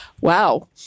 Wow